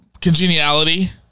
Congeniality